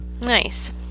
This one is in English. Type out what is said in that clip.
Nice